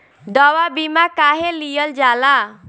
दवा बीमा काहे लियल जाला?